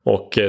Och